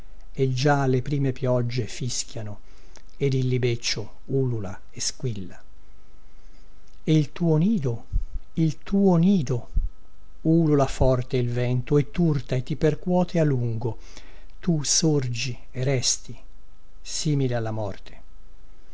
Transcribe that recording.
e già le prime pioggie fischiano ed il libeccio ulula e squilla e il tuo nido il tuo nido ulula forte il vento e turta e ti percuote a lungo tu sorgi e resti simile alla morte